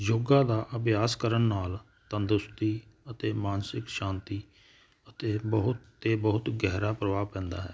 ਯੋਗਾ ਦਾ ਅਭਿਆਸ ਕਰਨ ਨਾਲ ਤੰਦਰੁਸਤੀ ਅਤੇ ਮਾਨਸਿਕ ਸ਼ਾਂਤੀ ਅਤੇ ਬਹੁਤ 'ਤੇ ਬਹੁਤ ਗਹਿਰਾ ਪ੍ਰਭਾਵ ਪੈਂਦਾ ਹੈ